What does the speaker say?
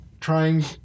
Trying